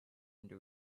into